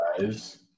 guys